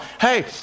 hey